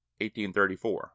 1834